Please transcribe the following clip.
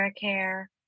Care